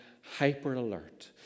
hyper-alert